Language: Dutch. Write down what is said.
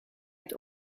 het